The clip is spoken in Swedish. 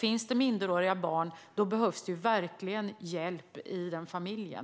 Finns det minderåriga barn behövs det verkligen hjälp i den familjen.